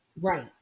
Right